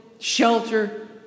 Shelter